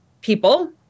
people